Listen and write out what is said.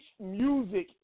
music